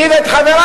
אותי ואת חברי?